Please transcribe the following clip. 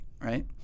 right